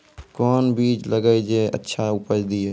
कोंन बीज लगैय जे अच्छा उपज दिये?